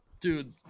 dude